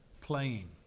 playing